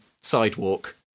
sidewalk